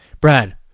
Brad